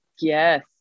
Yes